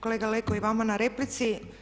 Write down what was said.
Kolega Leko i vama na replici.